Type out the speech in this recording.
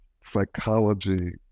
psychology